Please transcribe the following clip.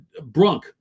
Brunk